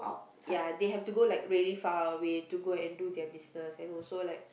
ya they have to go like really far away to go and do their business and also like